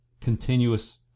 continuous